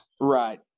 Right